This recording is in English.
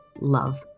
love